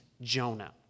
Jonah